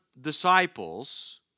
disciples